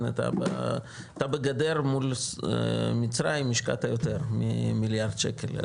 אתה בגדר מול מצרים השקעת יותר ממיליארד שקל.